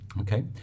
Okay